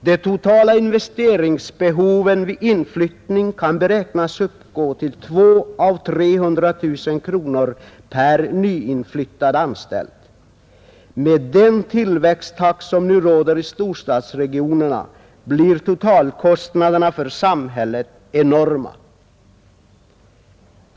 De totala investeringsbehoven vid inflyttning kan beräknas uppgå till 200 000-300 000 kronor per nyinflyttad anställd. Med den tillväxttakt som nu råder i storstadsregionerna blir totalkostnaderna för samhället enorma.